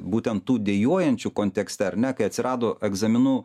būtent tų dejuojančių kontekste ar ne kai atsirado egzaminų